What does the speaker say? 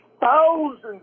thousands